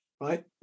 right